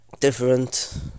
different